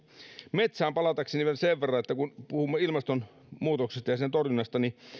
metsään palatakseni vielä sen verran että kun puhumme ilmastonmuutoksesta ja sen torjunnasta niin